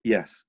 Yes